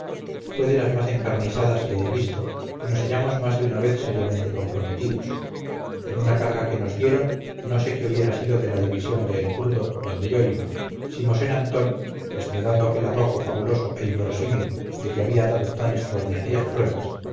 fue de las más encarnizadas que he visto y nos hallamos más de una vez seriamente comprometidos en una carga que nos dieron no sé qué hubiera sido de la división de el crudo donde yo iba si mosén antón desplegando aquel arrojo fabuloso e inverosímil de que sabía dar tan extraordinarias pruebas